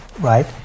right